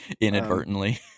inadvertently